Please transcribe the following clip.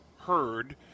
heard